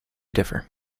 differ